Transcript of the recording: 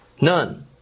None